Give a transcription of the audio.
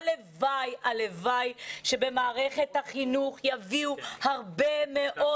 הלוואי שבמערכת החינוך יביאו הרבה מאוד